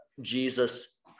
jesus